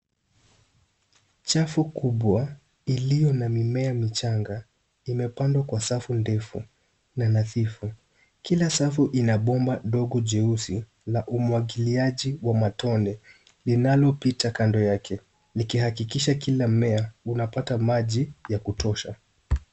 Chafo kubwa iliyo na mimea michanga imepandwa kwa safu ndefu na nadhifu. Kila safu inabomba dogo jeusi la umuagiliaji wa matone linalo pita kando yake liki hakikisha kila mmea unapata maji ya kutosha.